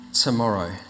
tomorrow